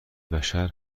بشر